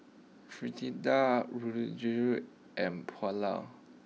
Fritada and Pulao